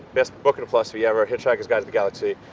best book in philosophy ever, hitchhiker's guide to the galaxy,